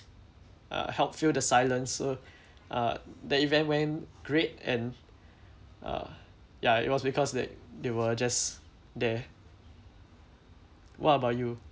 uh help fill the silence so uh the event went great and uh ya it was because that they were just there what about you